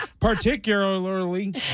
Particularly